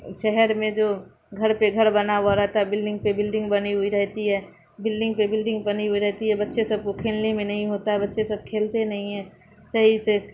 شہر میں جو گھر پہ گھر بنا ہوا رہتا ہے بلڈنگ پہ بلڈنگ بنی ہوئی رہتی ہے بلڈنگ پہ بلڈنگ بنی ہوئی رہتی ہے بچے سب کو کھیلنے میں نہیں ہوتا بچے سب کھیلتے نہیں ہیں صحیح سے